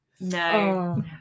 no